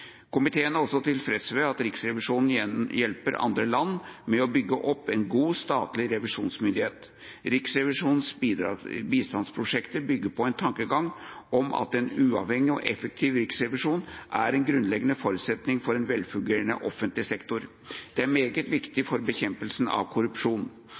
Komiteen er også tilfreds med at Riksrevisjonen hjelper andre land med å bygge opp en god statlig revisjonsmyndighet. Riksrevisjonens bistandsprosjekter bygger på en tankegang om at en uavhengig og effektiv riksrevisjon er en grunnleggende forutsetning for en velfungerende offentlig sektor. Det er meget viktig for bekjempelsen av korrupsjon.